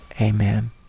amen